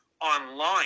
online